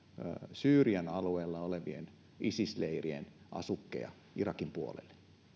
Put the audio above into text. syyrian alueella olevien isis leirien asukkeja irakin puolelle